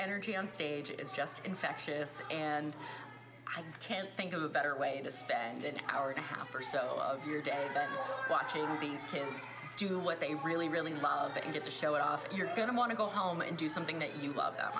energy on stage is just infectious and i can't think of a better way to spend an hour and a half or so of your day watching these kids do what they really really love that you get to show it off you're going to want to go home and do something that you love